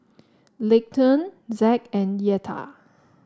Leighton Zack and Yetta